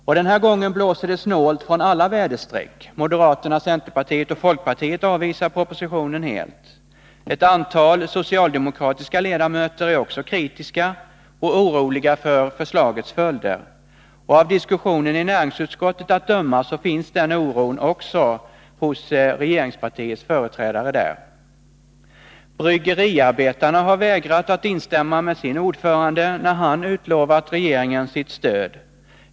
Och den här gången blåser det snålt från alla väderstreck. Moderaterna, centerpartiet och folkpartiet avvisar propositionen helt. Ett antal socialde mokratiska ledamöter är också kritiska och oroliga för förslagets följder, och av diskussionen i näringsutskottet att döma finns den oron också hos regeringspartiets företrädare där. Bryggeriarbetarna har vägrat att instämma med sin ordförande, när han utlovat regeringen sitt stöd.